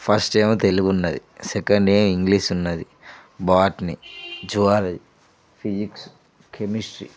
ఫస్టేమో తెలుగున్నది సెకండే ఇంగ్లీషున్నది బోటనీ జువాలజీ ఫిజిక్స్ కెమిస్ట్రీ